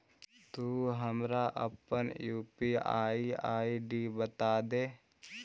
तु हमरा अपन यू.पी.आई आई.डी बतादे